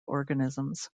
organisms